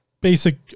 basic